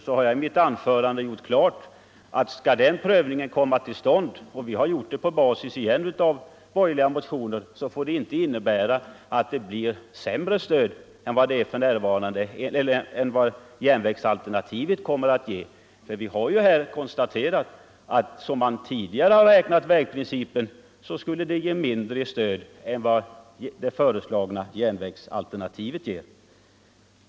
Jag har i mitt huvudanförande gjort klart att skall den prövningen komma till stånd, så får den inte leda till att det blir ett sämre stöd än vad järnvägsalternativet kommer att ge. Vi har ju konstaterat att enligt tidigare beräkningar skulle vägprincipen ge mindre i stöd än vad det nu föreslagna järnvägsalternativet ger.